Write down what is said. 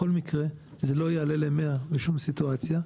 בכל מקרה, זה לא יעלה ל-100 בשום סיטואציה.